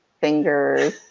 fingers